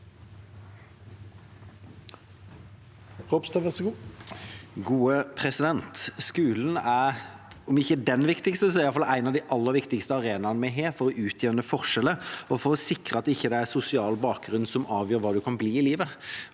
så i alle fall en av de aller viktigste arenaene vi har for å utjevne forskjeller og for å sikre at det ikke er sosial bakgrunn som avgjør hva vi kan bli i livet.